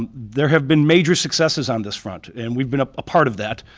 and there have been major successes on this front and we've been a part of that.